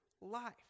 life